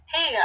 Hey